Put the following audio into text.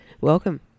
Welcome